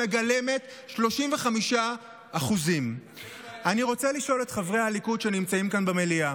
שמגלמת 35%. אני רוצה לשאול את חברי הליכוד שנמצאים כאן במליאה: